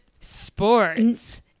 sports